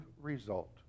result